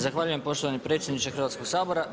Zahvaljujem poštovani predsjedniče Hrvatskog sabora.